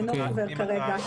אינו חבר כרגע.